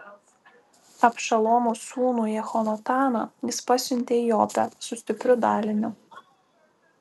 abšalomo sūnų jehonataną jis pasiuntė į jopę su stipriu daliniu